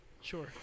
Sure